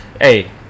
hey